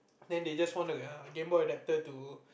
then they just want to err gameboy adaptor to